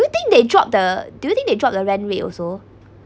do you think they dropped the do you think they drop the rent rate also